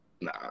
Nah